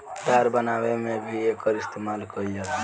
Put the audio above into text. तार बनावे में भी एकर इस्तमाल कईल जाला